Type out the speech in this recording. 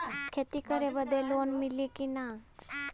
खेती करे बदे लोन मिली कि ना?